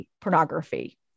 pornography